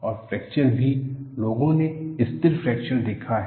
और फ्रैक्चर भी लोगों ने स्थिर फ्रैक्चर देखा है